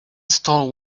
stole